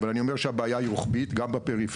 אבל, אני אומר שהבעיה היא רוחבית גם בפריפריה,